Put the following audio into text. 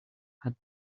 had